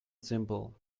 simple